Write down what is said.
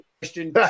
Question